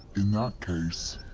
in that case.